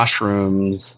mushrooms